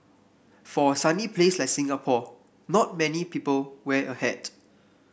for a sunny place like Singapore not many people wear a hat